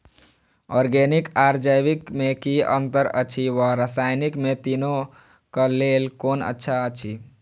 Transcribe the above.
Organic आर जैविक में कि अंतर अछि व रसायनिक में तीनो क लेल कोन अच्छा अछि?